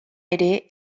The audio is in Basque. ere